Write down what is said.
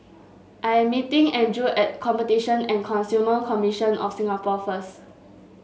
I am meeting Andrew at Competition and Consumer Commission of Singapore first